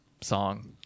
song